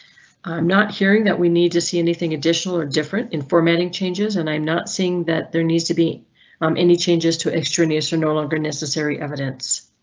um not hearing that we need to see anything additional or different in formatting changes, and i'm not seeing that there needs to be any changes to extraneous or no longer necessary evidence.